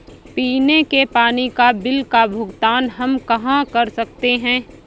पीने के पानी का बिल का भुगतान हम कहाँ कर सकते हैं?